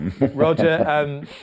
Roger